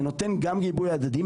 זה נותן גם גיבוי הדדי,